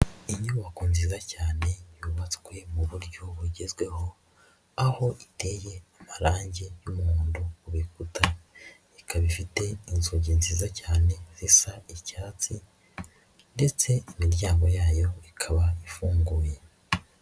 Inyubako nzizan cyane yubatswe mu buryo bugezweho, aho iteye amarangi y'umuhondo ku bikuta, ikaba ifite inzugi nziza cyane zisa icyatsi ndetse imiryango yayo ikaba ifunguye.